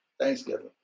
Thanksgiving